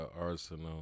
Arsenal